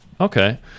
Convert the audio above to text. okay